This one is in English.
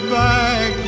back